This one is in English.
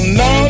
no